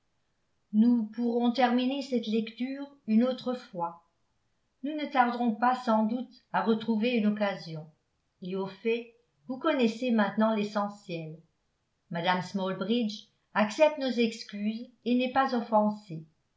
nous pourrons terminer cette lecture une autre fois nous ne tarderons pas sans doute à retrouver une occasion et au fait vous connaissez maintenant l'essentiel mme smalbridge accepte nos excuses et n'est pas offensée